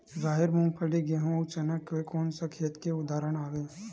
राहेर, मूंगफली, गेहूं, अउ चना कोन सा खेती के उदाहरण आवे?